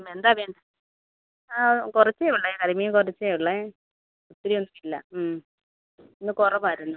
മ് എന്താ വേണ്ടത് ആ കുറച്ചേ ഉള്ളു കരിമീൻ കുറച്ചേ ഉള്ളു ഒത്തിരി ഒന്നുമില്ല ഉം ഇന്ന് കുറവായിരുന്നു